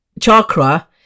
chakra